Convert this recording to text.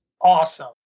awesome